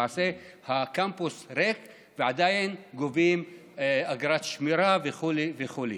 למעשה הקמפוס ריק ועדיין גובים אגרת שמירה וכו' וכו'.